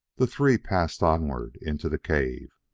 the three passed onward into the cave.